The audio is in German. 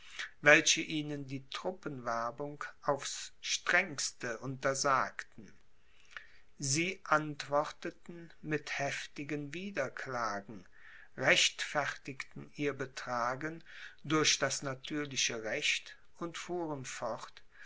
welche ihnen die truppenwerbung aufs strengste untersagten sie antworteten mit heftigen widerklagen rechtfertigten ihr betragen durch das natürliche recht und fuhren fort